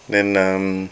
then um